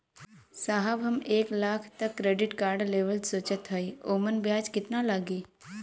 साहब हम एक लाख तक क क्रेडिट कार्ड लेवल सोचत हई ओमन ब्याज कितना लागि?